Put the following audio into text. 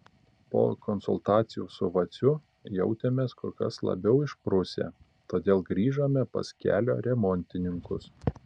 po konsultacijų su vaciu jautėmės kur kas labiau išprusę todėl grįžome pas kelio remontininkus